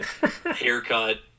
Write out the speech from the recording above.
haircut